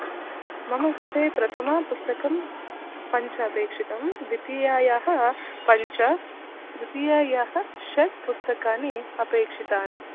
मम कृते प्रथमा पुस्तकं पञ्च अपेक्षितं द्वितीयायाः पञ्च तृतीयायाः षट् पुस्तकानि अपेक्षितानि